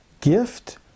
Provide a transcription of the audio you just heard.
gift